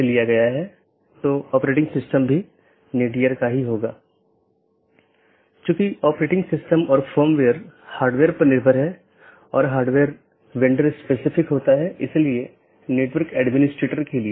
यह मूल रूप से ऑटॉनमस सिस्टमों के बीच सूचनाओं के आदान प्रदान की लूप मुक्त पद्धति प्रदान करने के लिए विकसित किया गया है इसलिए इसमें कोई भी लूप नहीं होना चाहिए